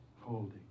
holding